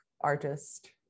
artist